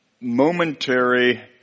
momentary